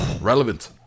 Relevant